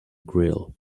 grill